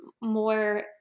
more